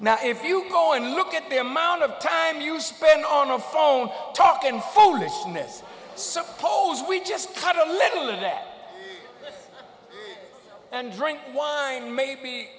now if you go and look at the amount of time you spend on a phone talk and focus on this suppose we just had a little of that and drink wine maybe